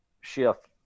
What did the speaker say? shift